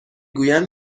گویم